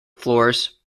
floors